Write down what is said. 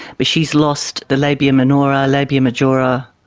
but she has lost the labia minora, labia majora,